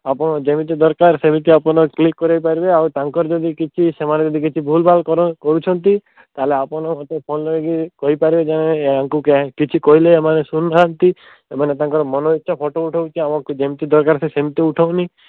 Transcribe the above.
ଆପଣଙ୍କ ଯେମତି ଦରକାର ସେମିତିଆ ଆପଣ କ୍ଲିକ୍ କରେଇପାରିବେ ଆଉ ତାଙ୍କର ଯଦି କିଛି ସେମାନେ ଯଦି କିଛି ଭୁଲ୍ଭାଲ୍ କରନ୍ତି କରୁଛନ୍ତି ତାହେଲେ ଆପଣ ମୋତେ ଫୋନ୍ରେ ବି କହିପାରିବେ କି ୟାଙ୍କ ୟାଙ୍କୁ କିଛି କହିଲେ ଏମାନେ ଶୁଣୁନାହାଁନ୍ତି ସେମାନେ ତାଙ୍କର ମନଇଚ୍ଛା ଫଟୋ ଉଠଉଛି ଆମକୁ ଯେମତି ଦରକାର ସେ ସେମତି ଉଠଉନି